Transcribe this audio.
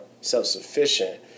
self-sufficient